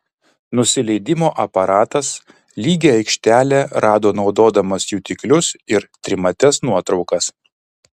nusileidimo aparatas lygią aikštelę rado naudodamas jutiklius ir trimates nuotraukas